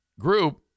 group